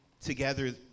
together